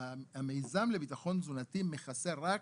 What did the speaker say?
המיזם לביטחון תזונתי מכסה רק